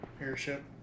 airship